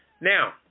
Now